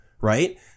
right